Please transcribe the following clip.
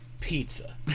pizza